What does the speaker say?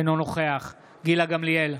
אינו נוכח גילה גמליאל,